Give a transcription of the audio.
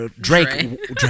Drake